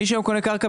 מי שקונה היום קרקע,